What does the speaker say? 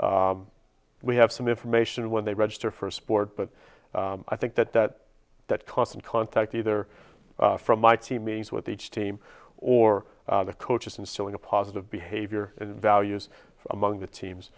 we have some information when they register for sport but i think that that that constant contact either from my team meetings with each team or the coaches instilling a positive behavior and values among the